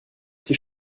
sie